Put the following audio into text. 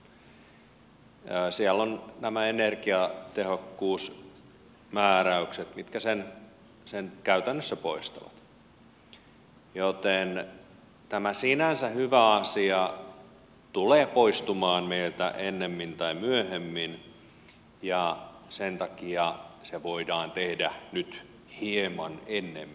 siellä on nämä energiatehokkuusmääräykset mitkä sen käytännössä poistavat joten tämä sinänsä hyvä asia tulee poistumaan meiltä ennemmin tai myöhemmin ja sen takia se voidaan tehdä nyt hieman ennemmin